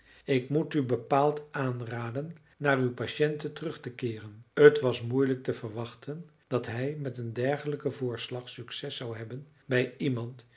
ik moet u bepaald aanraden naar uw patiënten terug te keeren het was moeilijk te verwachten dat hij met een dergelijken voorslag succes zou hebben bij iemand